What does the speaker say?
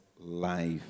life